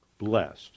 blessed